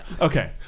Okay